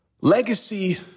Legacy